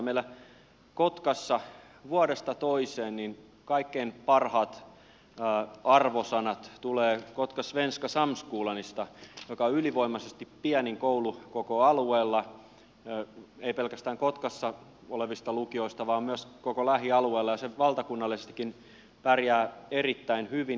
meillä kotkassa vuodesta toiseen kaikkein parhaat arvosanat tulevat kotka svenska sam skolasta joka on ylivoimaisesti pienin koulu koko alueella ei pelkästään kotkassa olevista lukioista vaan myös koko lähialueella ja se valtakunnallisestikin pärjää erittäin hyvin